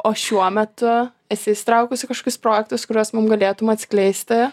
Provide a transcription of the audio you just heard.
o šiuo metu esi įsitraukusi į kažkokius projektus kuriuos mum galėtum atskleisti